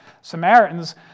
Samaritans